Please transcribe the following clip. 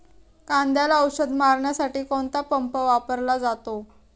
कांद्याला औषध मारण्यासाठी कोणता पंप वापरला जातो?